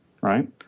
right